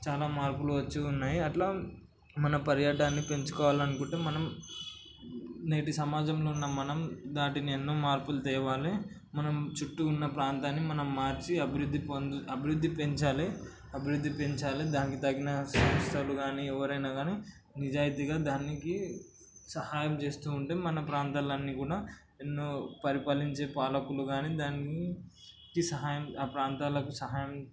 చాలా మార్పులు వచ్చి ఉన్నాయి అలా మన పర్యాటకాన్ని పెంచుకోవాలనుకుంటే మనం నేటి సమాజంలో ఉన్న మనం దానిని ఎన్నో మార్పులు తేవాలి మనం చుట్టూ ఉన్న ప్రాంతాన్ని మనం మార్చి అభివృద్ధి పొంద పెంచాలి అభివృద్ధి పెంచాలి దానికి తగిన సంస్థలు కానీ ఎవరైనా కానీ నిజాయితీగా దానికి సహాయం చేస్తూ ఉంటే మన ప్రాంతాలన్నీ కూడా ఎన్నో పరిపాలించే పాలకులు కానీ దాన్ని ఇట్టి సహాయం ఆ ప్రాంతాలకు సహాయం